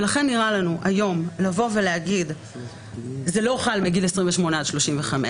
לכן נראה לנו היום לבוא ולומר שזה לא חל מגיל 28 עד 35,